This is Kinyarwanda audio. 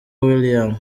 william